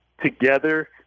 together